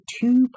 two